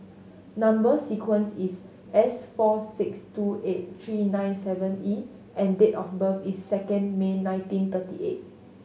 number sequence is S four six two eight three nine seven E and date of birth is second May nineteen thirty eight